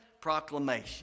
proclamation